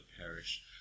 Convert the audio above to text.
perish